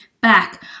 back